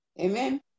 Amen